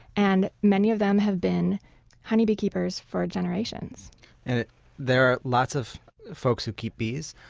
and many of them have been honey-beekeepers for generations and there are lots of folks who keep bees,